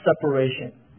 separation